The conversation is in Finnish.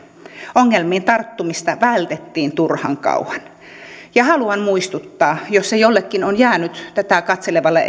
ongelmiin tarttumista vältettiin turhan kauan haluan muistuttaa jos se jollekin tätä katselevalle